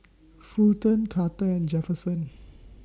Fulton Carter and Jefferson